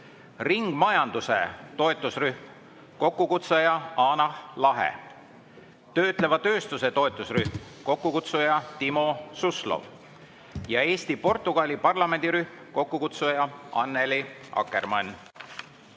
ringmajanduse toetusrühm, kokkukutsuja Hanah Lahe; töötleva tööstuse toetusrühm, kokkukutsuja Timo Suslov; ja Eesti-Portugali parlamendirühm, kokkukutsuja Annely Akkermann.